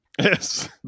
Yes